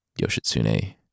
Yoshitsune